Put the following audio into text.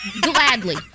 Gladly